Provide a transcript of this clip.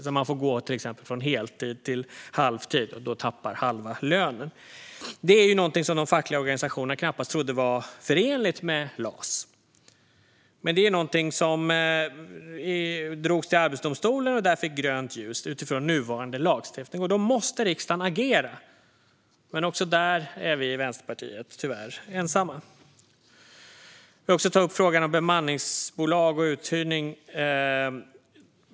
Till exempel får man gå från heltid till halvtid och tappar halva lönen. Det här är någonting som de fackliga organisationerna knappast trodde var förenligt med LAS, men det drogs till Arbetsdomstolen och fick där grönt ljus utifrån nuvarande lagstiftning. Då måste riksdagen agera. Men även där är vi i Vänsterpartiet tyvärr ensamma. Jag vill också ta upp frågan om bemanningsbolag och uthyrning.